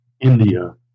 India